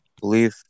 believe